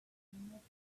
notice